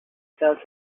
felt